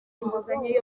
inguzanyo